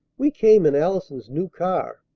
we came in allison's new car.